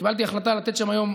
קיבלתי החלטה לתת שם כיום,